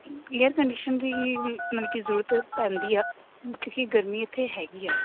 air condition ਦੀ ਮਤਲਬ ਕਿ ਜ਼ਰੂਰਤ ਪੈਂਦੀ ਆ ਕਿਉਂਕਿ ਗਰਮੀ ਇੱਥੇ ਹੈਗੀ ਆ